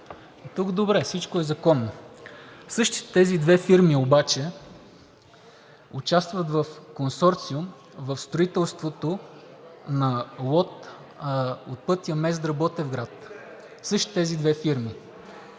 Дотук добре, всичко е законно. Същите тези две фирми обаче участват в консорциум в строителството на лот от пътя Мездра – Ботевград, същите тези две фирми.